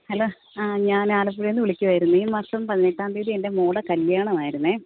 hello ആ ഞാൻ ആലപ്പുഴയിൽ നിന്ന് വിളിക്കുവായിരുന്നു ഈ മാസം പതിനെട്ടാം തീയതി എൻ്റെ മോളുടെ കല്യാണം ആയിരുന്നേ